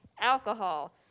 alcohol